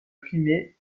primé